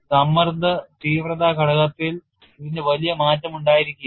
സമ്മർദ്ദ തീവ്രത ഘടകത്തിൽ ഇതിന് വലിയ മാറ്റമുണ്ടായിരിക്കില്ല